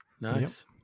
Nice